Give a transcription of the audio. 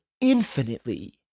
infinitely